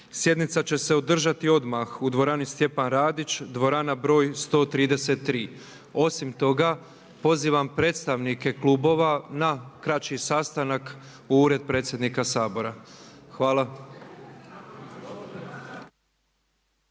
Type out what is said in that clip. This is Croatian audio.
Sjednica će se održati odmah u dvorani Stjepan Radić, dvorana broj 133. Osim toga pozivam predstavnike klubova na kraći sastanak u Ured predsjednika Sabora.Hvala.